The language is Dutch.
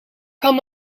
kan